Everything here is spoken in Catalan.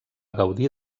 gaudir